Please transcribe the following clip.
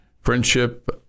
Friendship